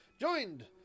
joined